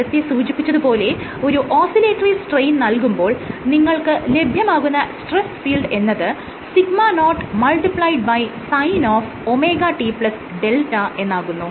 നേരത്തെ സൂചിപ്പിച്ചത് പോലെ ഒരു ഓസിലേറ്ററി സ്ട്രെയിൻ നൽകുമ്പോൾ നിങ്ങൾക്ക് ലഭ്യമാകുന്ന സ്ട്രെസ് ഫീൽഡ് എന്നത് σ0sin ωt δ എന്നാകുന്നു